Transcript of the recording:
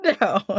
No